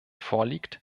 vorliegt